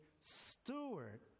steward